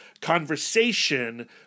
conversation